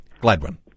Gladwin